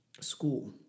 school